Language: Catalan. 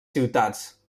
ciutats